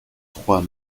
trois